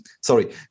sorry